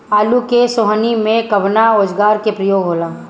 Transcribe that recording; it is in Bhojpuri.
आलू के सोहनी में कवना औजार के प्रयोग होई?